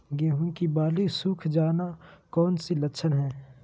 गेंहू की बाली सुख जाना कौन सी लक्षण है?